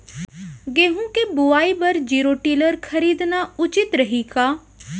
गेहूँ के बुवाई बर जीरो टिलर खरीदना उचित रही का?